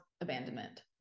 abandonment